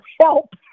help